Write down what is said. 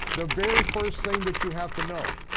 the very first thing that you have to know,